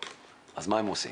אז מה הם עושים?